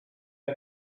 ond